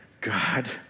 God